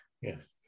Yes